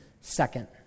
second